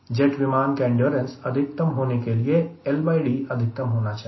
jet विमान का endurance अधिकतम होने के लिए LD अधिकतम होना चाहिए